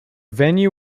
venue